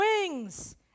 wings